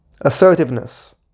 Assertiveness